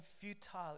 futile